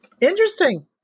interesting